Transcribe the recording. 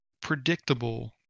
predictable